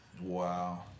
Wow